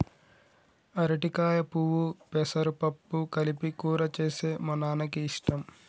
అరటికాయ పువ్వు పెసరపప్పు కలిపి కూర చేస్తే మా నాన్నకి ఇష్టం